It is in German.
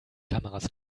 kameras